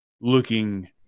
looking